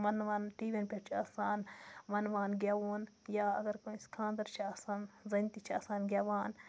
وَنہٕ وان ٹی وی یَن پٮ۪ٹھ چھِ آسان وَنہٕ وان گیٚوُن یا اگر کٲنٛسہِ خاندَر چھِ آسان زَنہِ تہِ چھِ آسان گیٚوان